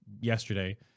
yesterday